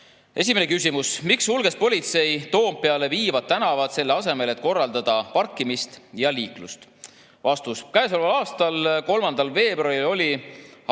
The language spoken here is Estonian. kohe. Esimene küsimus: "Miks sulges politsei Toompeale viivad tänavad selle asemel, et korraldada parkimist ja liiklust?" Vastus. Käesoleval aastal 3. veebruaril oli autokolonni